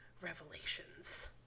Revelations